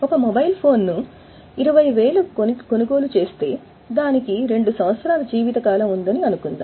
ఒక మొబైల్ ఫోన్ను 20000 కు కొనుగోలు చేస్తే దానికి 2 సంవత్సరాలు జీవితం ఉందని అనుకుందాం